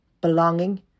belonging